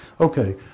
Okay